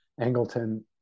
Angleton